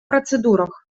процедурах